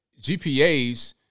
GPAs